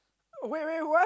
wait wait what